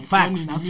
Facts